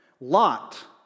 Lot